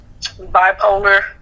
bipolar